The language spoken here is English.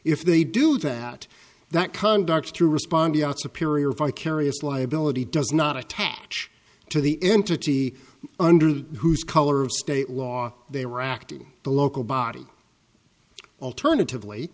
if they do that that conduct to respond out superior vicarious liability does not attach to the entity under the whose color of state law they were acting the local body alternatively